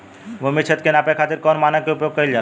भूमि क्षेत्र के नापे खातिर कौन मानक के उपयोग कइल जाला?